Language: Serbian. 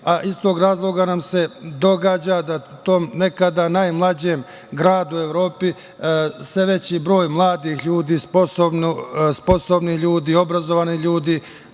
Iz tog razloga nam se događa da tom nekada najmlađem gradu u Evropi sve veći broj mladih ljudi sposobni ljudi, obrazovani ljudi